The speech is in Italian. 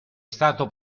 stato